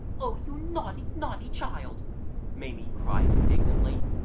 o you naughty, naughty child maimie cried indignantly,